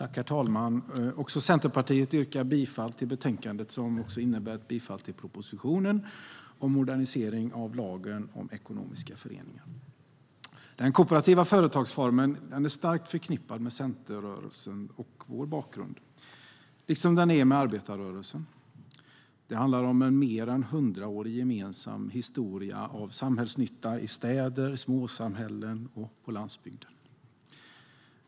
Herr talman! Också jag yrkar för Centerpartiets del bifall till utskottets förslag, som innebär bifall till propositionen om modernisering av lagen om ekonomiska föreningar. Den kooperativa företagsformen är starkt förknippad med centerrörelsen och vår bakgrund, liksom med arbetarrörelsen. Det handlar om en mer än 100-årig gemensam historia av samhällsnytta i städer och småsamhällen och på landsbygden.